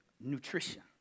nutrition